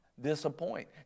Disappoint